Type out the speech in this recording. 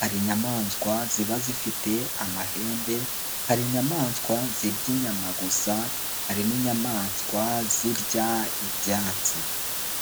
Hari inyamaswa ziba zifite amahembe, hari inyamaswa zirya inyama gusa, hari n'inyamaswa zirya ibyatsi.